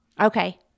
Okay